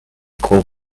call